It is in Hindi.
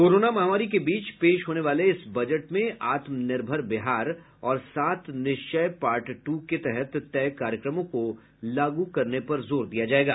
कोरोना महामारी के बीच पेश होने वाले इस बजट में आत्मनिर्भर बिहार और सात निश्चिय पार्ट टू के तहत तय कार्यक्रमों को लागू करने पर जोर दिया जायेगा